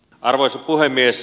arvoisa puhemies